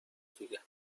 دیگه